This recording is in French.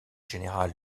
général